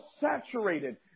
saturated